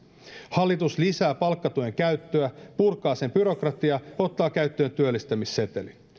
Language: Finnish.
hallitus lisää palkkatuen käyttöä purkaa sen byrokratiaa ottaa käyttöön työllistämissetelin